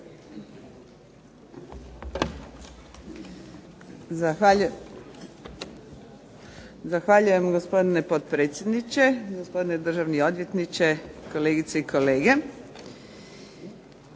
Zahvaljujem gospodine potpredsjedniče, gospodine državni odvjetniče, kolegice i kolege.